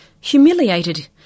Humiliated